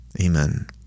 amen